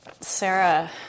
Sarah